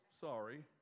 sorry